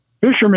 fishermen